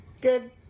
Good